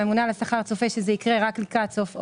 הממונה על השכר צופה שזה יקרה רק לקראת סוף אוגוסט.